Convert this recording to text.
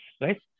right